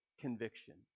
conviction